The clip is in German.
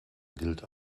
gilt